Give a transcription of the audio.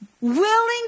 willing